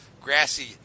grassy